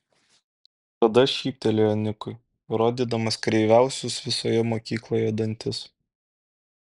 tada šyptelėjo nikui rodydamas kreiviausius visoje mokykloje dantis